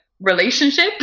relationship